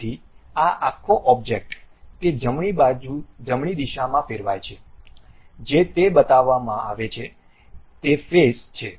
તેથી આ આખો ઑબ્જેક્ટ તે જમણી દિશામાં ફેરવાય છે જે તે બતાવવામાં આવે છે તે ફેસfaceબાજુ છે